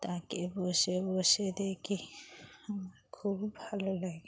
তাকে বসে বসে দেখি আমার খুব ভালো লাগে